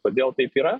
kodėl taip yra